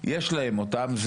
יש להם אותם.